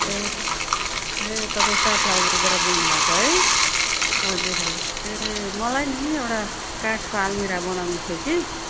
ए ए तपाईँ सार्प लाइब्रेरीबाट बोल्नु भएको है हजुर हजुर ए मलाई नि एउटा काठको आल्मिरा बनाउनु थियो कि